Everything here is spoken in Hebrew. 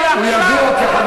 חבר